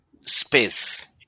space